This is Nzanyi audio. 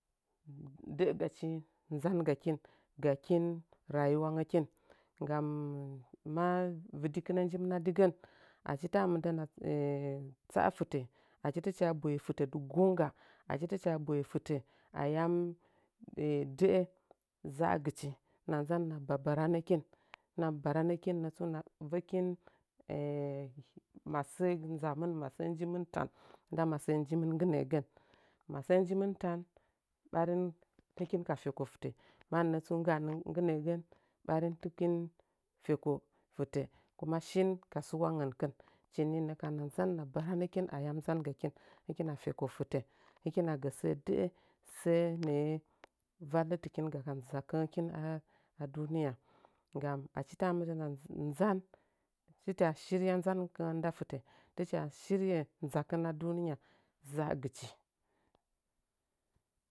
Də’əgachi nzangakin gakin nyuwa ngəkin nggani ma vɨdrakɨna njimiln adigən achi ta mɨdən na tsa’a fɨtə tɨcha boye tɨtə dɨ gongga tɨcha boye fɨtə ayam də’a za agɨchi hɨnəa nzan hɨna babaranəkin hɨna baranəkin nəfsu masə ŋamtin masəə njimti tan nda masəə njimin nggi nə’əgən masəə njumin tan ɓarim hɨkin ka fekə fɨtə mamətsu mɨngga’a nggɨ nə’əgən ɓarin tɨkin feka fitə kumə shin ka sa’wangənkɨn hɨchi ninəkamu hɨna nzan hɨna baranəkin ayan nzangakin hɨkina feko fɨtə hɨtuna gə səə də’ə səə nə’ə vallɨtɨkinga ka nzakɨngəkin a – a duniya” nggam ata mɨndənna nzan hɨcha shirya nzankɨngən nda fɨtə ticha shirye nzakin a duniya za agichi.